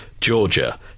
Georgia